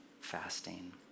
fasting